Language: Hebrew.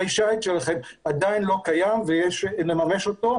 כלי שיט שלכם עדיין לא קיימת ויש לממש אותה.